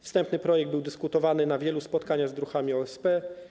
Wstępny projekt był dyskutowany na wielu spotkaniach z druhami OSP.